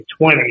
2020